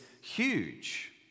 huge